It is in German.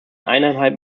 eineinhalb